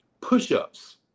Push-ups